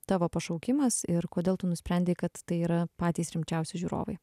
tavo pašaukimas ir kodėl tu nusprendei kad tai yra patys rimčiausi žiūrovai